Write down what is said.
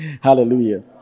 Hallelujah